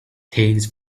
things